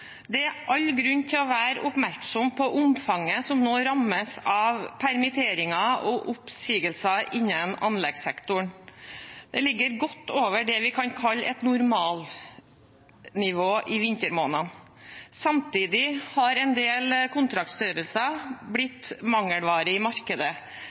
er nå all grunn til å være oppmerksom på at omfanget som nå rammes av permitteringer og oppsigelser innen anleggssektoren, virker å ligge godt over det vi kan kalle et normalnivå» i vintermånedene. Videre: «Samtidig har en del kontraktstørrelser blitt mangelvare i markedet.